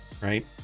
right